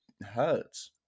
Hurts